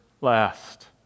last